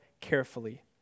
carefully